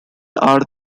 are